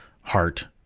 Heart